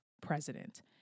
president